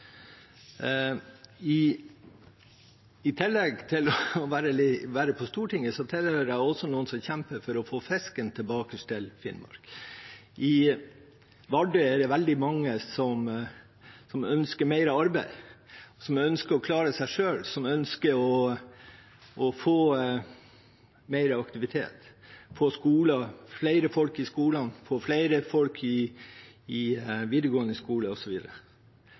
salen. I tillegg til å være på Stortinget tilhører jeg også dem som kjemper for å få fisken tilbake til Finnmark. I Vardø er det veldig mange som ønsker mer arbeid, som ønsker å klare seg selv, som ønsker å få mer aktivitet og få flere folk i skolene, få flere folk i videregående skole